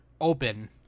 open